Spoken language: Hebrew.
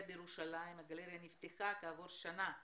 בירושלים והגלריה נפתחה כעבור שנה,